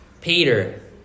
Peter